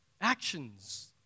Actions